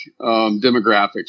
demographics